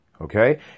okay